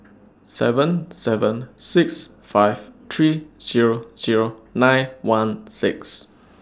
seven seven six five three Zero Zero nine one six